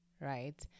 right